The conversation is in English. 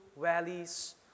valleys